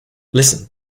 listen